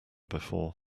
before